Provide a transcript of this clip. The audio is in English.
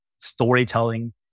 storytelling